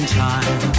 time